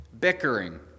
bickering